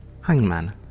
Hangman